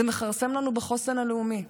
זה מכרסם לנו בחוסן הלאומי.